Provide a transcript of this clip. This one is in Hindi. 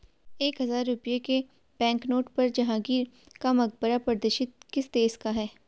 एक हजार रुपये के बैंकनोट पर जहांगीर का मकबरा प्रदर्शित किस देश का है?